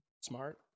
smart